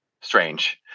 strange